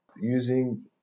using